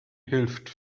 hilft